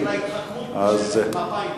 זה מה שנקרא התחכמות של מפא"יניק.